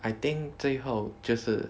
I think 最后就是